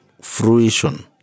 fruition